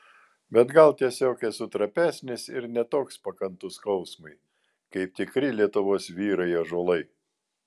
bet gal tiesiog esu trapesnis ir ne toks pakantus skausmui kaip tikri lietuvos vyrai ąžuolai